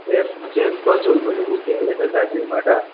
ए म चाहिँ प्रज्वल बोलेको कि यता दार्जिलिङबाट